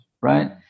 right